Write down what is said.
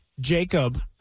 Jacob